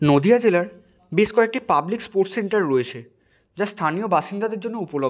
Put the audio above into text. নদীয়া জেলার বেশ কয়েকটি পাবলিক স্পোর্টস সেন্টার রয়েছে যা স্থানীয় বাসিন্দাদের জন্য উপলব্ধ